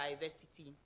diversity